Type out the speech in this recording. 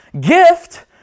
gift